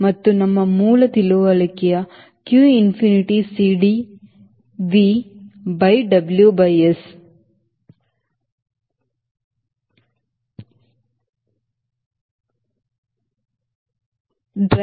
ಅದು ನಮ್ಮ ಮೂಲ ತಿಳುವಳಿಕೆ q infinity CD V by W by S